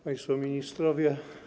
Państwo Ministrowie!